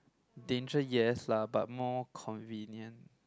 danger yes lah but more convenient